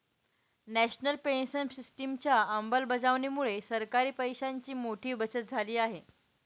national pension सिस्टिमच्या अंमलबजावणीमुळे सरकारी पैशांची मोठी बचत झाली आहे